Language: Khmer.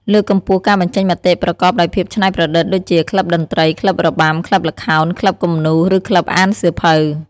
លើកកម្ពស់ការបញ្ចេញមតិប្រកបដោយភាពច្នៃប្រឌិត ដូចជា ក្លឹបតន្ត្រី ក្លឹបរបាំ ក្លឹបល្ខោន ក្លឹបគំនូរ ឬក្លឹបអានសៀវភៅ។